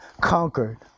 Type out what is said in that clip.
conquered